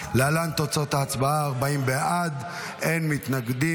להלן תוצאות ההצבעה: 40 בעד, אין מתנגדים.